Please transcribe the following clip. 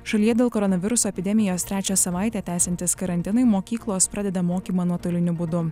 šalyje dėl koronaviruso epidemijos trečią savaitę tęsiantis karantinui mokyklos pradeda mokymą nuotoliniu būdu